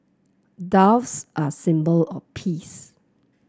doves are a symbol of peace